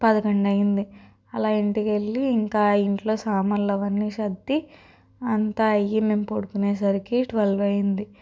పదకొండయింది అలా ఇంటికెళ్ళి ఇంకా ఇంట్లో సామాన్లవన్నీ సద్ది అంతా అయ్యి నేను పడుకునే సరికి ట్వెల్వ్ అయింది